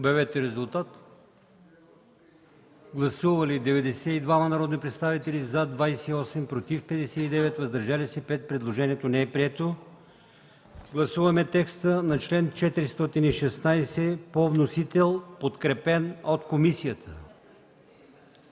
от комисията. Гласували 76 народни представители: за 16, против 55, въздържали се 5. Предложението не е прието. Гласуваме текста на § 20 по вносител, подкрепен от комисията.